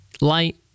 light